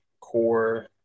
core